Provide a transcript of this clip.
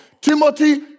Timothy